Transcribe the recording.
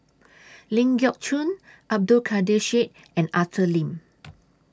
Ling Geok Choon Abdul Kadir Syed and Arthur Lim